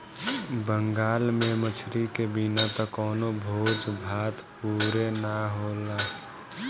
बंगाल में मछरी के बिना त कवनो भोज भात पुरे ना होला